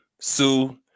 Sue